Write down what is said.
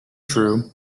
true